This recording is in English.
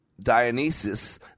Dionysus